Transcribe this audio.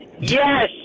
Yes